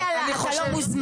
זה לא היה "אתה לא מוזמן".